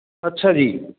ਅੱਛਾ ਜੀ